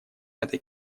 этой